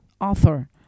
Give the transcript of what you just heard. author